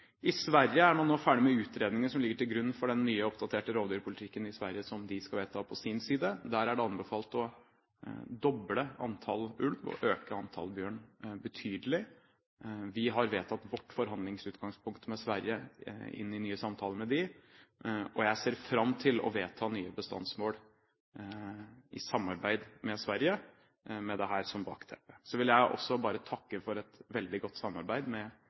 I Sverige er man nå ferdig med utredninger som ligger til grunn for den nye, oppdaterte rovdyrpolitikken der, som de skal vedta på sin side. Der er det anbefalt å doble antall ulv og øke antall bjørn betydelig. Vi har vedtatt vårt forhandlingsutgangspunkt med Sverige i nye samtaler. Jeg ser fram til å vedta nye bestandsmål i samarbeid med Sverige, med dette som bakteppe. Så vil jeg bare takke for et veldig godt samarbeid med